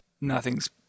Nothing's